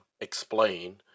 explain